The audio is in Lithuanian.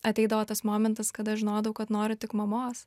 ateidavo tas momentas kada žinodavau kad noriu tik mamos